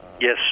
Yes